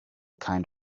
kind